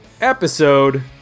episode